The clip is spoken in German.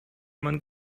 man